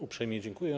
Uprzejmie dziękuję.